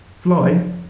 fly